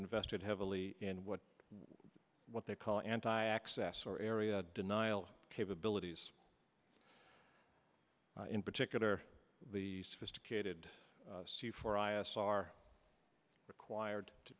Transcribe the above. invested heavily in what what they call anti access or area denial capabilities in particular the sophisticated for i os are required to